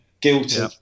guilty